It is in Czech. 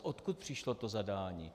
Odkud přišlo to zadání?